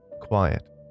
quiet